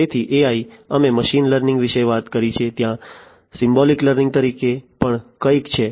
તેથી AI અમે machine learning વિશે વાત કરી છે ત્યાં સિમ્બોલિક લર્નિંગ તરીકે પણ કંઈક છે